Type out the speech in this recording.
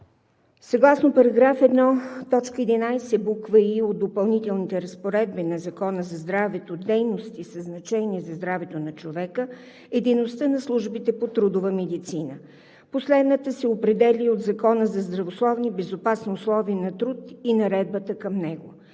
Съгласно § 1, т. 11, буква „и“ от Допълнителните разпоредби на Закона за здравето дейност със значение за здравето на човека е дейността на службите по трудова медицина. Последната се определя и от Закона за здравословни и безопасни условия на труд, и наредбата към него.